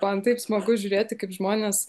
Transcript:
man taip smagu žiūrėti kaip žmonės